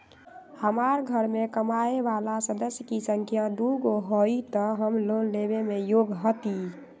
हमार घर मैं कमाए वाला सदस्य की संख्या दुगो हाई त हम लोन लेने में योग्य हती?